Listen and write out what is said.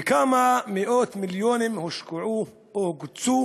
וכמה מאות מיליונים הושקעו או הוקצו